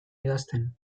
idazten